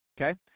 okay